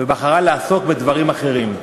ובחרה לעסוק בדברים אחרים.